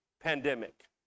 pandemic